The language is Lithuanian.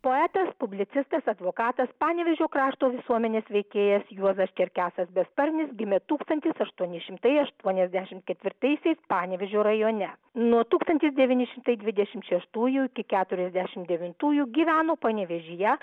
poetas publicistas advokatas panevėžio krašto visuomenės veikėjas juozas čerkesas besparnis gimė tūkstantis aštuoni šimtai aštuoniasdešim ketvirtaisiais panevėžio rajone nuo tūkstantis devyni šimtai dvidešim šeštųjų iki keturiasdešim devintųjų gyveno panevėžyje